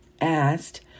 asked